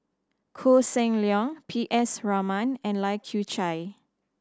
Koh Seng Leong P S Raman and Lai Kew Chai